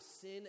sin